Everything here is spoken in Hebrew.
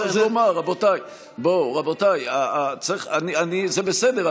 רבותיי, זה בסדר.